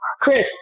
Chris